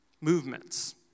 movements